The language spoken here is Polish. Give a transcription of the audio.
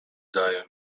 daje